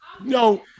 No